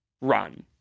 run